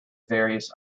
various